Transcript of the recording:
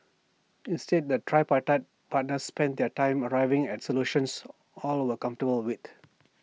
instead the tripartite partners spent their time arriving at solutions all were comfortable with